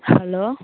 hello